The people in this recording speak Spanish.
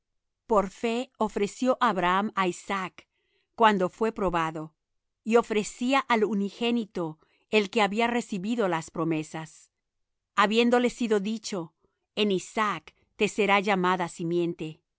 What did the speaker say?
por fe ofreció abraham á isaac cuando fué probado y ofrecía al unigénito el que había recibido las promesas habiéndole sido dicho en isaac te será llamada simiente